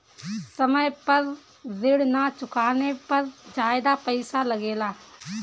समय पर ऋण ना चुकाने पर ज्यादा पईसा लगेला?